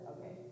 Okay